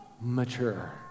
mature